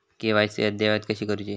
KYC अद्ययावत कशी करुची?